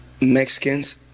mexicans